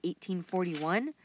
1841